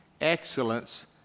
excellence